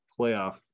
playoff